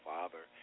Father